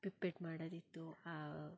ಆ ಪಿಪ್ಪೆಟ್ ಮಾಡೋದಿತ್ತು ಆ